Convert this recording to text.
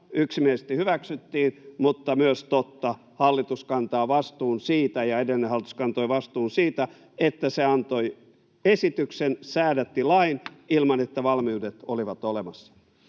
yksimielisesti hyväksyttiin, mutta myös on totta, että hallitus kantaa vastuun siitä ja edellinen hallitus kantoi vastuun siitä, että se antoi esityksen, säädätti lain ilman, että valmiudet olivat olemassa.